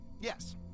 Yes